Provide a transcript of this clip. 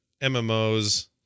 MMOs